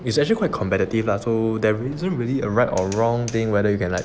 it's actually quite competitive lah so there isn't really a right or wrong thing whether you can like